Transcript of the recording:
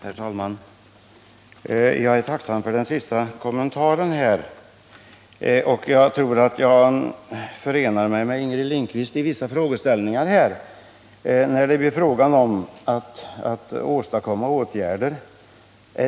Herr talman! Jag är tacksam för den sista kommentaren som justitieministern gjorde. Jag tror att jag vill förena mig med Inger Lindquist i vissa frågeställningar som rör hur man skall åstadkomma åtgärder.